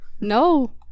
No